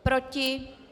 Proti?